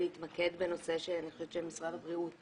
להתמקד בנושא שאני חושבת שמשרד הבריאות,